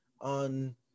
on